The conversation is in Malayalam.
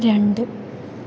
രണ്ട്